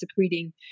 secreting